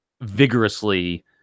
vigorously